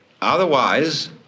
Otherwise